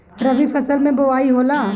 रबी फसल मे बोआई होला?